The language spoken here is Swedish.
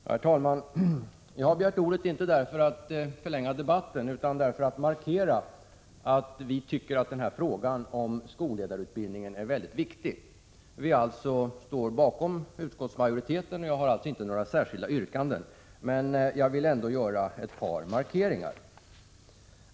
Herr talman! Jag har begärt ordet, inte för att förlänga debatten, utan för att markera att vi tycker att frågan om skolledarutbildningen är mycket viktig. Vi står alltså bakom utskottsmajoriteten, och jag har därför inga andra yrkanden, men jag vill ändå göra ett par markeringar.